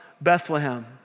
Bethlehem